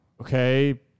okay